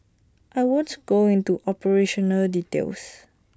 I won't go into operational details